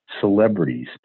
celebrities